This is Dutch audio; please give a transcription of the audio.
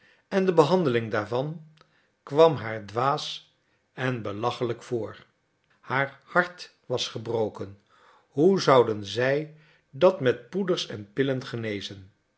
en de behandeling daarvan kwam haar dwaas en belachelijk voor haar hart was gebroken hoe zouden zij dat met poeders en pillen genezen